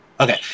Okay